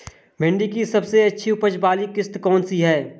भिंडी की सबसे अच्छी उपज वाली किश्त कौन सी है?